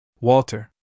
Walter